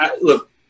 look